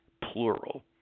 plural